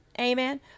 Amen